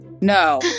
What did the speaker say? No